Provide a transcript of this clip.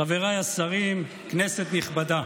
חבריי השרים, כנסת נכבדה,